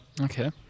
Okay